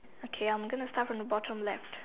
okay I am going to start from the bottom left